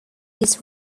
his